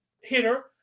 hitter